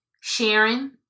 sharing